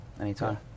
anytime